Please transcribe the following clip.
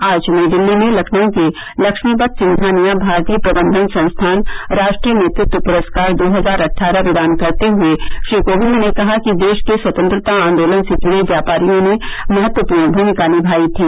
आज नई दिल्ली में लखनऊ के लक्ष्मीपत सिंघानिया भारतीय प्रबंघन संस्थान राष्ट्रीय नेतृत्व पुरस्कार दो हजार अट्ठारह प्रदान करते हुए श्री कोविंद ने कहा कि देश के स्वतंत्रता आंदोलन से जुड़े व्यापारियों ने महत्वपूर्ण भूमिका निषाई थी